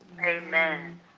Amen